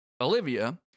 Olivia